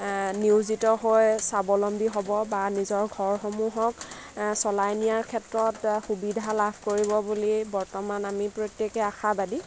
নিয়োজিত হৈ স্বাৱলম্বী হ'ব বা নিজৰ ঘৰসমূহক আ চলাই নিয়াৰ ক্ষেত্ৰত সুবিধা লাভ কৰিব বুলি বৰ্তমান আমি প্ৰত্য়েকেই আশাবাদী